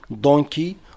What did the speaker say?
donkey